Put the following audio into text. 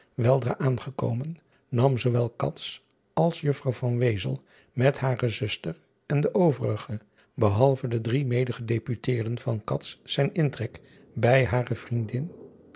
weldra aangekomen nam zoowel als uffrouw met hare zuster en de overige behalve de drie medegedeputeerden van zijn intrek bij hare vriendin